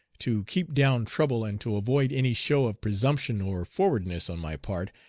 to keep down trouble and to avoid any show of presumption or forwardness on my part,